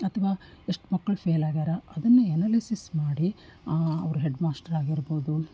ಅಥವಾ ಎಷ್ಟು ಮಕ್ಕಳು ಫೇಲ್ ಆಗ್ಯಾರ ಅದನ್ನು ಎನಾಲಿಸಿಸ್ ಮಾಡಿ ಅವರು ಹೆಡ್ ಮಾಷ್ಟರ್ ಆಗಿರ್ಬೋದು